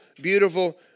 beautiful